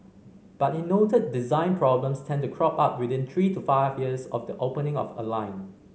but he noted design problems tend to crop up within three to five years of the opening of a line